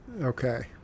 Okay